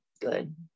Good